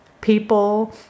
people